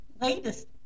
latest